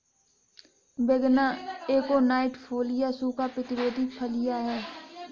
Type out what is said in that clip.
विग्ना aconitifolia सूखा प्रतिरोधी फलियां हैं